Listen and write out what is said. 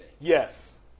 Yes